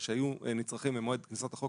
שהיו נצרכים במועד כניסת החוק